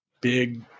big